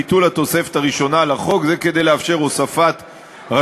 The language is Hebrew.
מוגשת בפניכם הצעת החוק המבקשת לתקן את